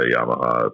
Yamaha